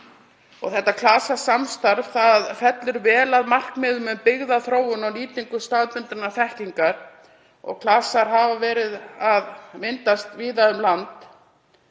Þetta klasasamstarf fellur vel að markmiðum um byggðaþróun og nýtingu staðbundinnar þekkingar. Klasar hafa verið að myndast víða um land